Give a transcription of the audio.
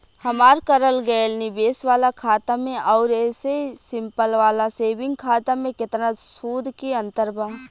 हमार करल गएल निवेश वाला खाता मे आउर ऐसे सिंपल वाला सेविंग खाता मे केतना सूद के अंतर बा?